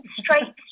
straight